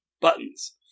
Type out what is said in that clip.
buttons